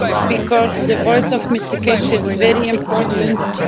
because the voice of mr keshe is very important,